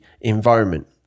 environment